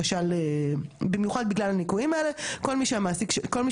כל מי שמעסיק עובד סיעוד שלא הגיש בקשה הומניטרית,